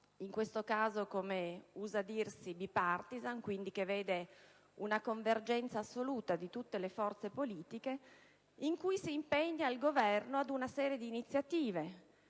in questo caso, come usa dire, *bipartisan*, che veda una convergenza assoluta di tutte le forze politiche, in cui si impegna il Governo ad assumere una serie di iniziative: